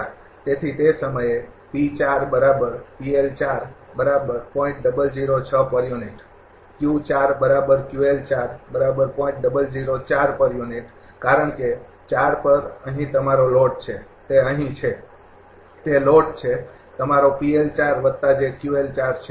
તેથી તે સમયે કારણ કે ૪ પર અહીં તમારો લોડ છે તે અહીં છે તે લોડ છે તમારો છે બરાબર